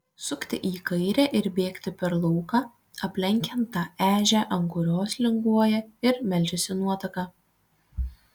sukti į kairę ir bėgti per lauką aplenkiant tą ežią ant kurios linguoja ir meldžiasi nuotaka